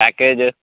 package